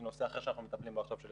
נושא אחר שאנחנו מטפלים בו עכשיו.